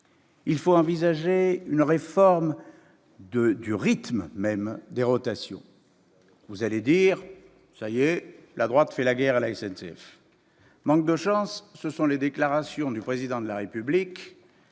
Il faut envisager une réforme du rythme même des rotations. » Vous allez conclure que la droite veut déclarer la guerre à la SNCF. Manque de chance, ce sont les déclarations du Président de la République